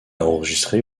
enregistré